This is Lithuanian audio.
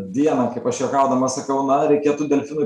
dieną kaip aš juokaudamas sakau na reikėtų delfinui